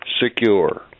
secure